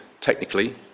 technically